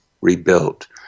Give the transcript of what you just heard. rebuilt